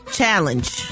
challenge